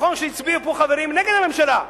נכון שהצביעו פה חברים נגד הממשלה,